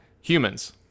Humans